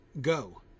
go